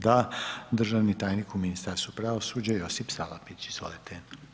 Da, državni tajnik u Ministarstvu pravosuđa Josip Salapić, izvolite.